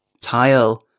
Tile